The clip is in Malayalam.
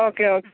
ഓക്കേ ഓ